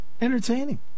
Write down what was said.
entertaining